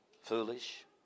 foolish